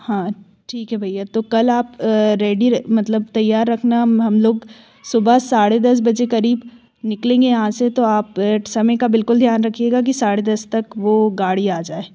हाँ ठीक है भैया तो कल आप रेडी मतलब तैयार रखना हम हम लोग सुबह साढ़े दस बजे क़रीब निकलेंगे यहाँ से तो आप समय का बिल्कुल ध्यान रखिएगा कि साढ़े दस तक वो गाड़ी आ जाए